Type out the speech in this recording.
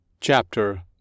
Chapter